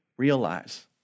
realize